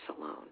alone